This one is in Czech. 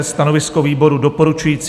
Stanovisko výboru: doporučující.